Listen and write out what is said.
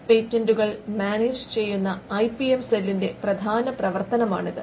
പേറ്റന്റുകൾ മാനേജ് ചെയ്യുന്ന I P M സെല്ലിന്റെ പ്രധാന പ്രവർത്തനമാണിത്